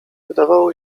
wydawało